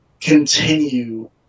continue